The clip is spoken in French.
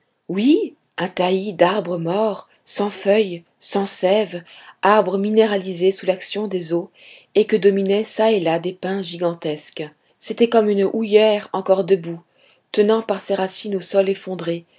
oui un taillis d'arbres morts sans feuilles sans sève arbres minéralisés sous l'action des eaux et que dominaient çà et là des pins gigantesques c'était comme une houillère encore debout tenant par ses racines au sol effondré